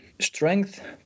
strength